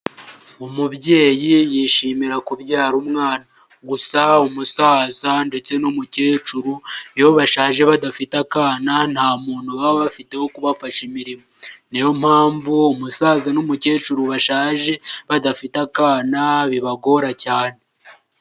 Umubyeyi yishimira kubyara umwana gusa umusaza ndetse n'umukecuru iyo bashaje badafite akana nta muntu baba bafite wo kubafasha imirimo, niyo mpamvu umusaza n'umukecuru bashaje badafite akana bibagora cyane.